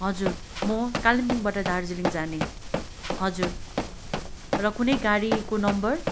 हजुर म कालिम्पोङबाट दार्जिलिङ जाने हजुर र कुनै गाडीको नम्बर